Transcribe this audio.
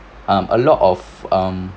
um a lot of um